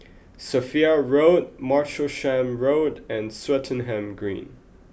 Sophia Road Martlesham Road and Swettenham Green